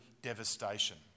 devastation